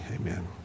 Amen